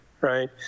right